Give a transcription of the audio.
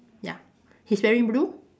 ya he's wearing blue